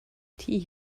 die